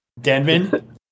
Denman